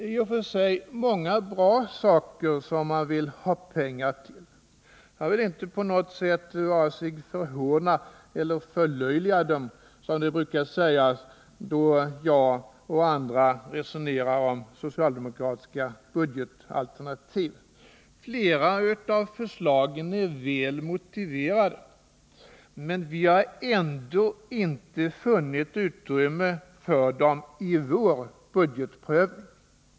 I och för sig är det många bra saker som man vill ha pengar till. Jag vill inte på något sätt vare sig förhåna eller förlöjliga dem, som det brukar sägas att jag och andra gör då vi resonerar om socialdemokratiska budgetalternativ. Flera av förslagen är välmotiverade, men vi har ändå inte funnit utrymme för dem i vår budgetprövning.